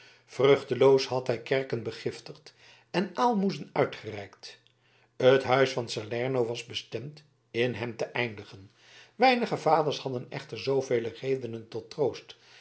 vruchteloos had hij kerken begiftigd en aalmoezen uitgereikt het huis van salerno was bestemd in hem te eindigen weinige vaders hadden echter zoovele redenen tot troost